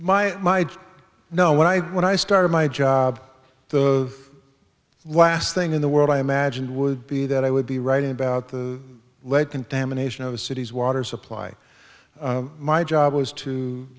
my know when i when i started my job the last thing in the world i imagined would be that i would be writing about the lead contamination of a city's water supply my job was to